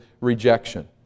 rejection